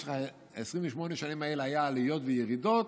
שבמשך 28 שנים האלה היו עליות וירידות,